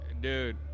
Dude